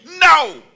no